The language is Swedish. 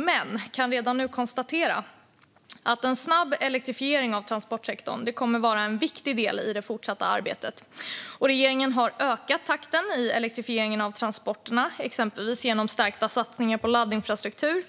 Men jag kan redan nu konstatera att en snabb elektrifiering av transportsektorn kommer att vara en viktig del i det fortsatta arbetet. Regeringen har ökat takten i elektrifieringen av transporterna, exempelvis genom stärkta satsningar på laddinfrastruktur.